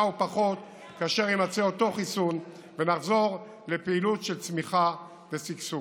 או פחות כאשר יימצא אותו חיסון ונחזור לפעילות של צמיחה ושגשוג.